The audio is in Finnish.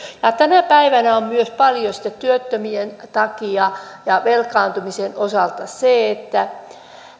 tänä päivänä on myös paljon työttömyyden takia ja velkaantumisen osalta sitä että